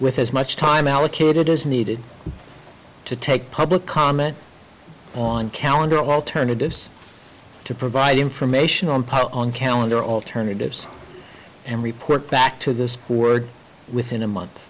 with as much time allocated as needed to take public comment on calendar alternatives to provide information on part on calendar alternatives and report back to this work within a month